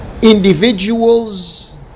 individuals